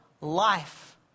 life